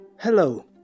Hello